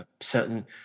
certain